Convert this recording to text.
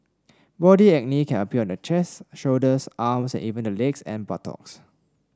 body acne can appear on the chest shoulders arms and even the legs and buttocks